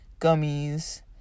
gummies